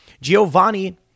Giovanni